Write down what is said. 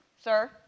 sir